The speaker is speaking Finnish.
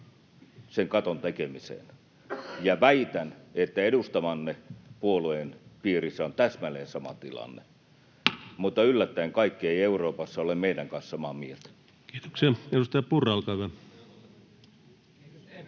sen katon tekemiseen, ja väitän, että edustamanne puolueen piirissä on täsmälleen sama tilanne, mutta yllättäen kaikki eivät Euroopassa ole meidän kanssamme samaa mieltä. Kiitoksia. — Edustaja Purra, olkaa hyvä. Arvoisa